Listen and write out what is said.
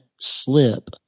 slip